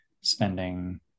spending